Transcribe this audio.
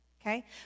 Okay